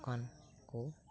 ᱫᱚᱠᱟᱱ ᱠᱚ ᱫᱩᱲᱩᱵᱚᱜᱼᱟ